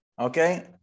okay